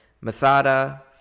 Masada